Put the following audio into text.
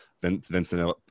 Vincent